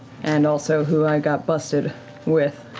and also who i got busted with.